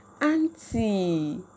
Auntie